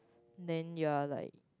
then you are like